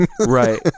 Right